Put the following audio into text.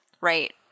right